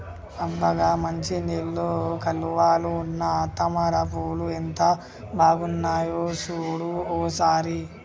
అబ్బ గా మంచినీళ్ళ కాలువలో ఉన్న తామర పూలు ఎంత బాగున్నాయో సూడు ఓ సారి